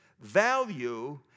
value